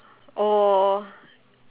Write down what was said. or